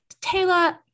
Taylor